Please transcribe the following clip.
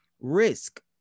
risk